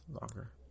longer